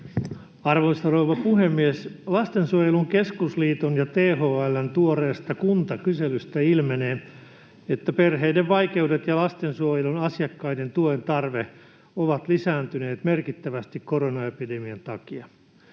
Arvoisa rouva puhemies! Lastensuojelun Keskusliiton ja THL:n tuoreesta kuntakyselystä ilmenee, että perheiden vaikeudet ja lastensuojelun asiakkaiden tuen tarve ovat lisääntyneet merkittävästi koronaepidemian takia.